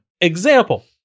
Example